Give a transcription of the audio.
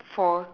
for